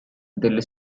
delle